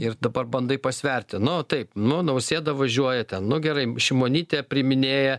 ir dabar bandai pasverti nu taip nu nausėda važiuoja ten nu gerai šimonytė priiminėja